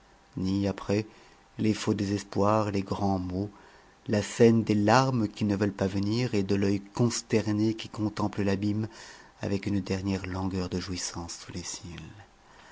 ni après les faux désespoirs les grands mots la scène des larmes qui ne veulent pas venir et de l'œil consterné qui contemple l'abîme avec une dernière langueur de jouissance sous les cils